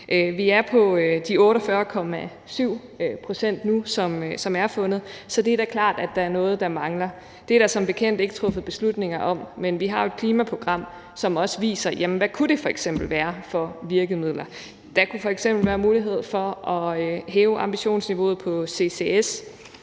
Vi er på de 48,7 pct. nu, som er fundet, så det er da klart, at der er noget, der mangler. Det er der som bekendt ikke truffet beslutninger om, men vi har jo et klimaprogram, som også viser, hvad det f.eks. kunne være for virkemidler. Der kunne f.eks. være mulighed for at hæve ambitionsniveauet på CCS,